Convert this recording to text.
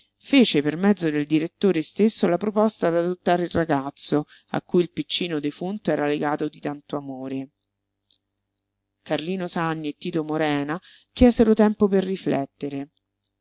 fece per mezzo del direttore stesso la proposta d'adottare il ragazzo a cui il piccino defunto era legato di tanto amore carlino sanni e tito morena chiesero tempo per riflettere